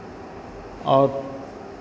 और